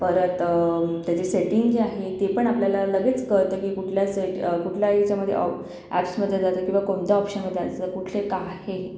परत त्याची सेटिंग जी आहे ते पण आपल्याला लगेच कळतं की कुठल्या से कुठल्या ह्याच्यामध्ये ॲप्समधे जायचं किंवा कोणत्या ऑप्शनमधे जायचं कुठे काय आहे